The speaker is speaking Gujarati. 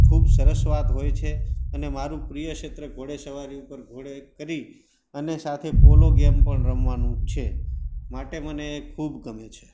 ખૂબ સરસ વાત હોય છે અને મારું પ્રિય ક્ષેત્ર ઘોડેસવારી ઉપર ઘોડે કરી અને સાથે પોલો ગેમ પણ રમવાનું છે માટે મને એ ખૂબ ગમે છે